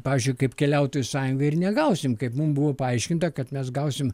pavyzdžiui kaip keliautojų sąjunga ir negausim kaip mums buvo paaiškinta kad mes gausim